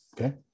Okay